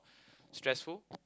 stressful